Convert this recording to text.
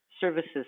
services